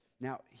Now